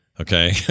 okay